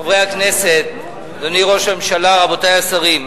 חברי הכנסת, אדוני ראש הממשלה, רבותי השרים,